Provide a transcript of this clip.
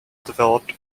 developed